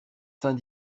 saint